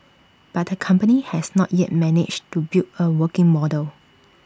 but the company has not yet managed to build A working model